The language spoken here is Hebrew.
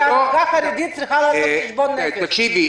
יוליה, תקשיבי,